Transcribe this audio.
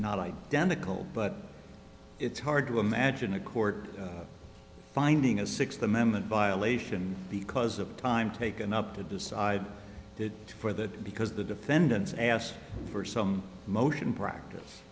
not identical but it's hard to imagine a court finding a sixth amendment violation because of the time taken up to decide it for that because the defendants asked for some motion practice